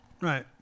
Right